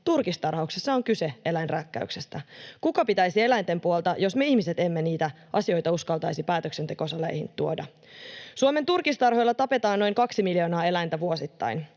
turkistarhauksessa on kyse eläinrääkkäyksestä. Kuka pitäisi eläinten puolta, jos me ihmiset emme niitä asioita uskaltaisi päätöksentekosaleihin tuoda? Suomen turkistarhoilla tapetaan noin kaksi miljoonaa eläintä vuosittain.